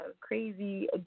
crazy